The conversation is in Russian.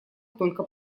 только